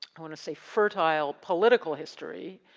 i wanna say fertile political history,